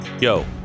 Yo